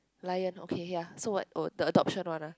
lion okay ya so what uh the adoption one ah